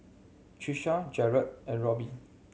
Trisha Jarred and Robyn